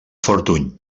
fortuny